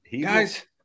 Guys –